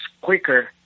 quicker